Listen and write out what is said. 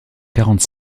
quarante